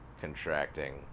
contracting